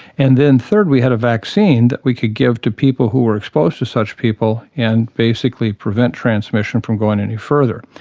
and then third we had a vaccine that we could give to people who were exposed to such people and basically prevent transmission from going any further.